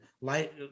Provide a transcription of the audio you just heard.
light